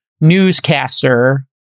newscaster